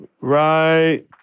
right